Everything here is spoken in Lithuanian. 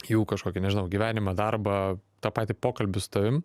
jų kažkokį nežinau gyvenimą darbą tą patį pokalbį su tavim